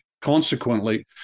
consequently